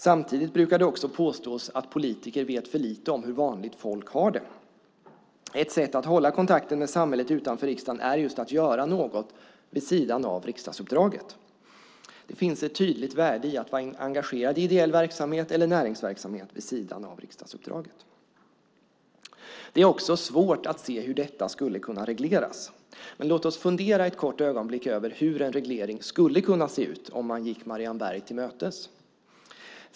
Samtidigt brukar det också påstås att politiker vet för lite om hur vanligt folk har det. Ett sätt att hålla kontakten med samhället utanför riksdagen är just att göra något vid sidan av riksdagsuppdraget. Det finns ett tydligt värde i att vara engagerad i ideell verksamhet eller näringsverksamhet vid sidan av riksdagsuppdraget. Det är också svårt att se hur detta skulle kunna regleras. Låt oss fundera ett kort ögonblick över hur en reglering skulle kunna se ut om man gick Marianne Berg till mötes.